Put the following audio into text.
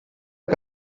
que